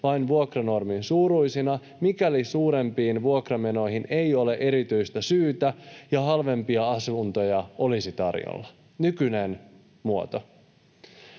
vain vuokranormin suuruisina, mikäli suurempiin vuokramenoihin ei ole erityistä syytä ja halvempia asuntoja olisi tarjolla — nykyinen muoto.